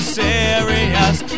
serious